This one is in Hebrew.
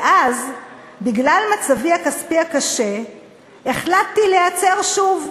ואז, "בגלל מצבי הכספי הקשה החלטתי להיעצר שוב,